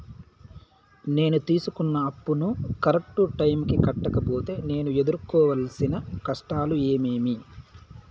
నేను తీసుకున్న అప్పును కరెక్టు టైముకి కట్టకపోతే నేను ఎదురుకోవాల్సిన కష్టాలు ఏమీమి?